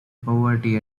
poverty